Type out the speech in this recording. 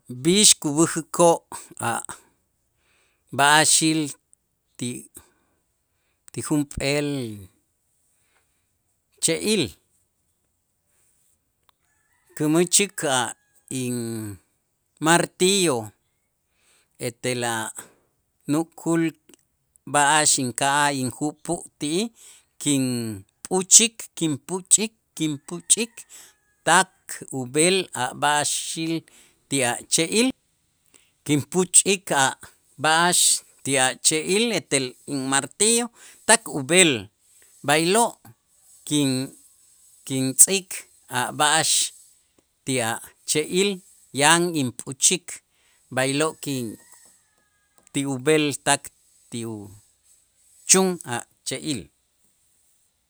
B'ix kub'äjikoo' a' b'a'axil ti junp'eel che'il kumächik a' inmartillo, etel a' nukul b'a'ax inka'aj injupu' ti'ij kinpuch'ik, kinpuch'ik, kinpuch'ik tak ub'el a' b'a'axil ti a' che'il kinpuch'ik a' b'a'ax ti a' che'il etel inmartillo tak ub'el, b'aylo' kin- kintz'ik a' b'a'ax ti a' che'il yan inpuch'ik b'aylo' kin ti ub'el tak ti uchun ti a' che'il.